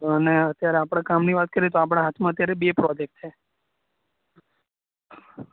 અને અત્યારે આપણા કામની વાત કરીએ તો આપણા હાથમાં અત્યારે બે પ્રોજેક્ટ છે